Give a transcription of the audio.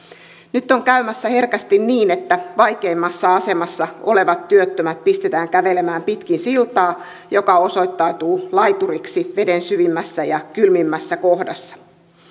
nyt on käymässä herkästi niin että vaikeimmassa asemassa olevat työttömät pistetään kävelemään pitkin siltaa joka osoittautuu laituriksi veden syvimmässä ja kylmimmässä kohdassa